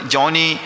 Johnny